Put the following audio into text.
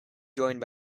joined